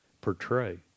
portray